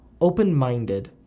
open-minded